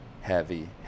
heavy